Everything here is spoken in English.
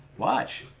watch